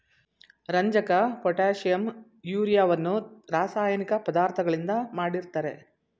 ರಂಜಕ, ಪೊಟ್ಯಾಷಿಂ, ಯೂರಿಯವನ್ನು ರಾಸಾಯನಿಕ ಪದಾರ್ಥಗಳಿಂದ ಮಾಡಿರ್ತರೆ